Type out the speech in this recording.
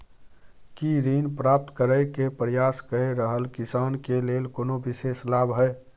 की ऋण प्राप्त करय के प्रयास कए रहल किसान के लेल कोनो विशेष लाभ हय?